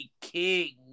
King